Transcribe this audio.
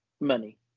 Money